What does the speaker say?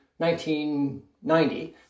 1990